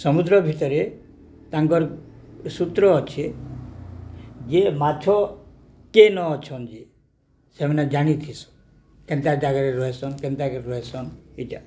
ସମୁଦ୍ର ଭିତରେ ତାଙ୍କର ସୂତ୍ର ଅଛି ଯେ ମାଛ କେନ ଅଛନ୍ ଯେ ସେମାନେ ଜାଣିଥିସନ୍ କେନ୍ତା ଜାଗାରେ ରହସନ୍ କେନ୍ତାକେ ରହେସନ୍ ଏଇଟା